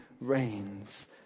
reigns